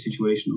situational